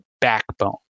backbone